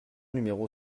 numéro